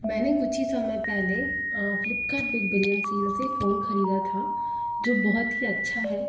मैंने कुछ ही समय पहले फ्लिपकार्ट बिग बिलियन सेल से फ़ोन खरीदा था जो बहुत ही अच्छा है